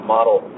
Model